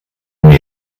mir